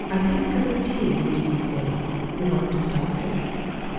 i think a cup of tea would do you good remarked the doctor.